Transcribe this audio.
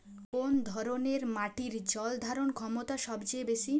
কোন ধরণের মাটির জল ধারণ ক্ষমতা সবচেয়ে বেশি?